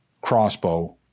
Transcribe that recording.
crossbow